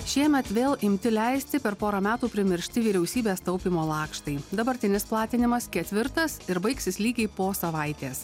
šiemet vėl imti leisti per porą metų primiršti vyriausybės taupymo lakštai dabartinis platinimas ketvirtas ir baigsis lygiai po savaitės